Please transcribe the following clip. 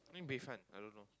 I mean Bayfront I don't know